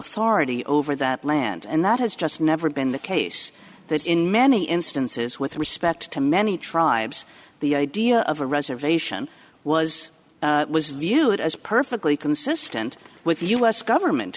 authority over that land and that has just never been the case that in many instances with respect to many tribes the idea of a reservation was was viewed as perfectly consistent with the us government